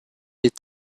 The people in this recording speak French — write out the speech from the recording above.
est